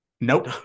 Nope